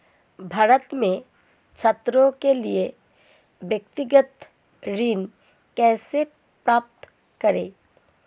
भारत में छात्रों के लिए व्यक्तिगत ऋण कैसे प्राप्त करें?